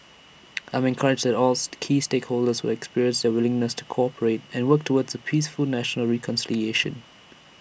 I'm encouraged that all key stakeholders have expressed their willingness to cooperate and work towards peaceful national reconciliation